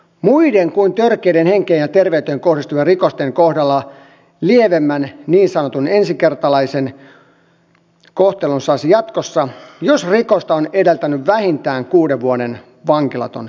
muiden kuin törkeiden henkeen ja terveyteen kohdistuvien rikosten kohdalla lievemmän niin sanotun ensikertalaisen kohtelun saisi jatkossa jos rikosta on edeltänyt vähintään kuuden vuoden vankilaton jakso